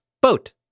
boat